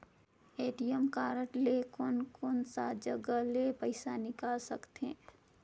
ATM card ले कोन कोन सा जगह ले पइसा निकाल सकथे?